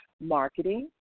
marketing